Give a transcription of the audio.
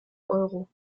euro